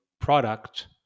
product